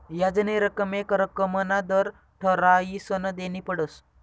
याजनी रक्कम येक रक्कमना दर ठरायीसन देनी पडस